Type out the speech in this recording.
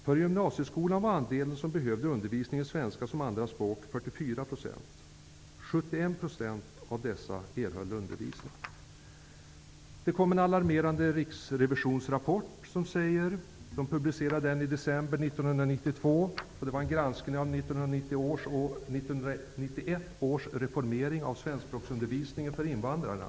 För gymnasieskolan var andelen som behövde undervisning i svenska som andraspråk 44 En alarmerande riksrevisionsrapport publicerades i december 1992. Den var en granskning av 1991 års reformering av svenskspråksundervisningen för invandrare.